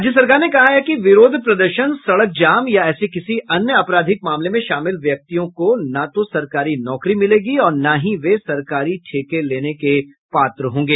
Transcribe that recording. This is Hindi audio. राज्य सरकार ने कहा है कि विरोध प्रदर्शन सड़क जाम या ऐसे किसी अन्य आपराधिक मामले में शामिल व्यक्तियों को न तो सरकारी नौकरी मिलेगी और न ही वे सरकारी ठेके लेने के पात्र होंगे